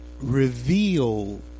Reveal